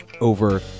over